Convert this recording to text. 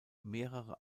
mehrere